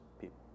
people